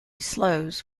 slows